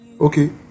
Okay